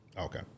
Okay